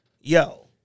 yo